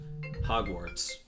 hogwarts